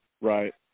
Right